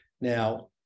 Now